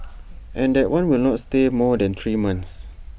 and that one will not stay more than three months